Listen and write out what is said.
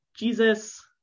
Jesus